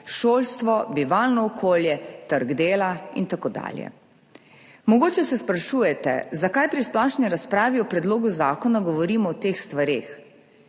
šolstvo, bivalno okolje, trg dela in tako dalje. Mogoče se sprašujete, zakaj pri splošni razpravi o predlogu zakona govorimo o teh stvareh.